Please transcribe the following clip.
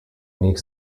unique